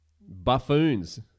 buffoons